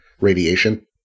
radiation